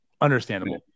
understandable